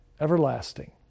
Everlasting